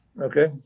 Okay